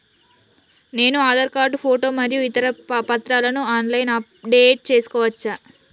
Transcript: నేను Aadhaar card photo మరియు ఇతర పత్రాలను ఆన్ లైన్ అప్ డెట్ చేసుకోవచ్చా?